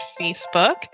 Facebook